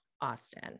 Austin